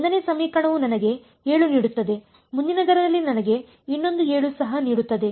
1 ನೇ ಸಮೀಕರಣವು ನನಗೆ 7 ನೀಡುತ್ತದೆ ಮುಂದಿನದರಲ್ಲಿ ನನಗೆ ಇನ್ನೊಂದು 7 ಸಹ ನೀಡುತ್ತದೆ